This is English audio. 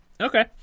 Okay